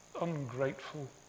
Ungrateful